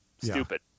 stupid